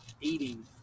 eating